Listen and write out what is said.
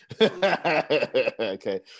okay